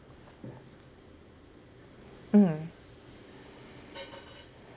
mm